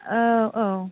औ औ